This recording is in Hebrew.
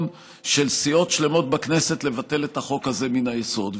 של סיעות שלמות בכנסת לבטל את החוק הזה מהיסוד.